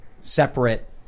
separate